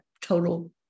total